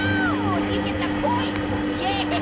ah do you get the point? yeah!